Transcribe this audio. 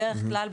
בדרך כלל,